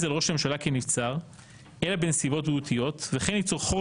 על ראש הממשלה כנבצר אלא בנסיבות בריאותיות וכן ליצור חור